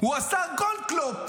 הוא השר גולדקנופ.